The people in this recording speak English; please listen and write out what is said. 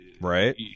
Right